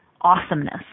awesomeness